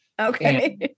Okay